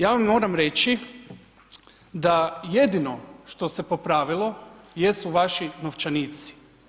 Ja vam moram reći da jedino što se popravilo jesu vaši novčanici.